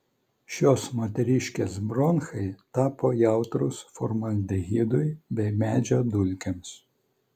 šios moteriškės bronchai tapo jautrūs formaldehidui bei medžio dulkėms